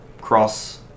cross